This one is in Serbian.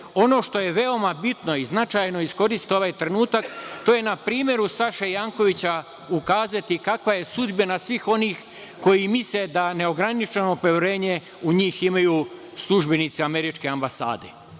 što je veoma bitno i značajno, iskoristiti ovaj trenutak, to je - na primeru Saše Jankovića ukazati kakva je sudbina svih onih koji misle da neograničeno poverenje u njih imaju službenici američke ambasade.